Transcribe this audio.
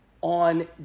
on